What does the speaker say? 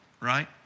right